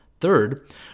Third